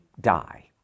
die